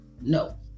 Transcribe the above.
No